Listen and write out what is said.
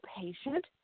patient